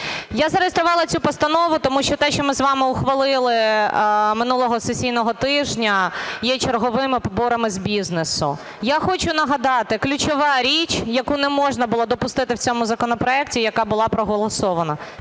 я зареєструвала цю постанову, тому що те, що ми з вами ухвалили минулого сесійного тижня, є черговими поборами з бізнесу. Я хочу нагадати, ключова річ, яку не можна було допустити в цьому законопроекті, яка була проголосована,